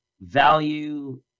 value